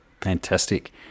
Fantastic